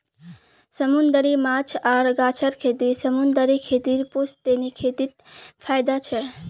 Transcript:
समूंदरी माछ आर गाछेर खेती समूंदरी खेतीर पुश्तैनी खेतीत फयदा छेक